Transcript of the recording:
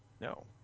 No